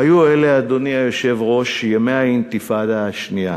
היו אלה, אדוני היושב-ראש, ימי האינתיפאדה השנייה.